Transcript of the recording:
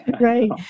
Right